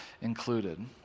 included